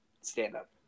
stand-up